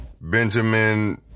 Benjamin